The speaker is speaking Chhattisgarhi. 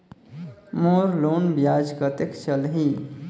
मोर लोन ब्याज कतेक चलही?